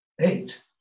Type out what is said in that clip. eight